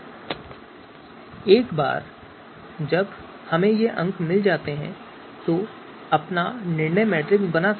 अब एक बार जब हमें ये अंक मिल जाते हैं तो हम अपना निर्णय मैट्रिक्स बना सकते हैं